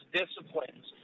disciplines